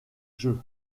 jeu